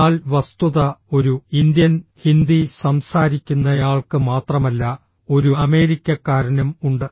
എന്നാൽ വസ്തുത ഒരു ഇന്ത്യൻ ഹിന്ദി സംസാരിക്കുന്നയാൾക്ക് മാത്രമല്ല ഒരു അമേരിക്കക്കാരനും ഉണ്ട്